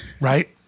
Right